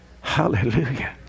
Hallelujah